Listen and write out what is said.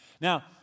Now